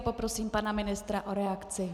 Poprosím pana ministra o reakci.